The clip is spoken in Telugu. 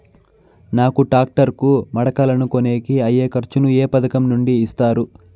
నాకు టాక్టర్ కు మడకలను కొనేకి అయ్యే ఖర్చు ను ఏ పథకం నుండి ఇస్తారు?